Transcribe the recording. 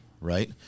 right